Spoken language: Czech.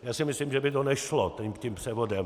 Já si myslím, že by to nešlo s tím převodem.